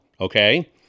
okay